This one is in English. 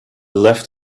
left